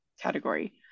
category